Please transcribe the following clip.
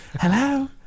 hello